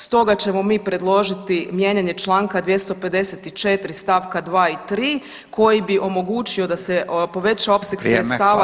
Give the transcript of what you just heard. Stoga ćemo mi predložiti mijenjanje članka 254. stavka 2. i 3. koji bi omogućio da se poveća opseg sredstava